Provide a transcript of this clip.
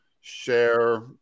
share